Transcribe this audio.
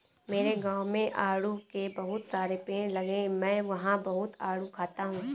मेरे गाँव में आड़ू के बहुत सारे पेड़ लगे हैं मैं वहां बहुत आडू खाता हूँ